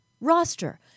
roster